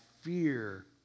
fear